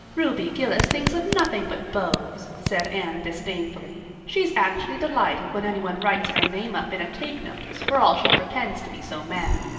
ruby gillis thinks of nothing but beaus, said anne disdainfully. she's actually delighted when anyone writes her name up in a take-notice for all she pretends to be so mad.